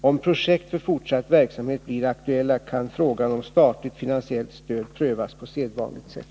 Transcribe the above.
Om projekt för fortsatt verksamhet blir aktuella, kan frågan om statligt, finansiellt stöd prövas på sedvanligt sätt.